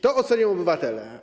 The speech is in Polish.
To ocenią obywatele.